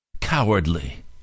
cowardly